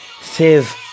save